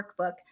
workbook